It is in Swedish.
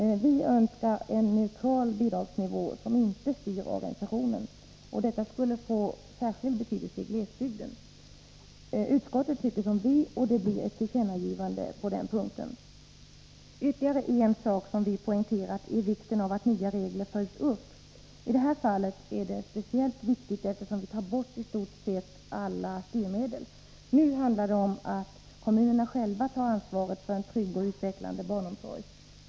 Vi önskar en neutral bidragsnivå som inte styr organisationen. Detta skulle få särskild betydelse i glesbygden. Utskottet tycker som vi, och det blir ett tillkännagivande på den punkten. Ytterligare en sak som vi har poängterat är vikten av att nya regler följs upp. I det här fallet är det speciellt viktigt eftersom vi tar bort i stort sett alla styrmedel. Nu handlar det om att kommunerna själva tar ansvaret för en trygg och utvecklande barnomsorg.